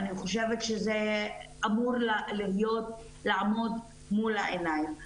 אני חושבת שזה אמור לעמוד מול עינינו.